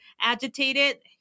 agitated